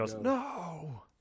No